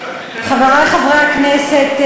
חברי חברי הכנסת,